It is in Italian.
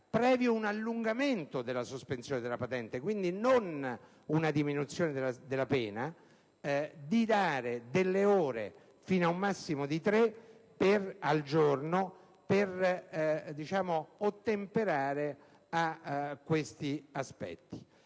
previo un allungamento della sospensione della patente (quindi non si tratta di una diminuzione della pena), di concedere delle ore, fino a un massimo di tre al giorno, per ottemperare a questa finalità.